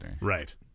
Right